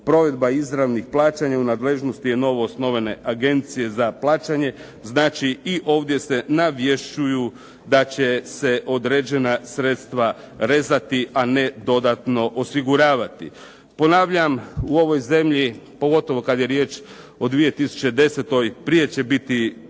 Provedba izravnih plaćanja u nadležnosti je novoosnovane agencije za plaćanje, znači i ovdje se navješćuju da će se određena sredstva rezati, a ne dodatno osiguravati. Ponavljam, u ovoj zemlji, pogotovo kad je riječ o 2010., prije će biti